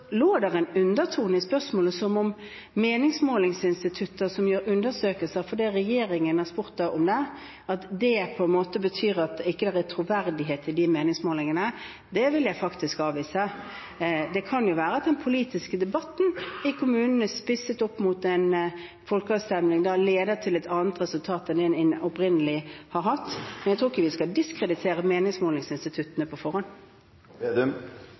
lå det en undertone i spørsmålet om meningsmålingsinstitutter som gjør undersøkelser fordi regjeringen har spurt om det, om at det – på en måte – betyr at det ikke er troverdighet i de meningsmålingene. Det vil jeg faktisk avvise. Det kan jo være at den politiske debatten i kommunene spisset opp mot en folkeavstemning leder til et annet resultat enn en opprinnelig har hatt, men jeg tror ikke vi skal diskreditere meningsmålingsinstituttene på forhånd.